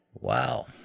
Wow